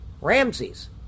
Ramses